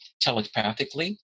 telepathically